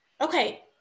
Okay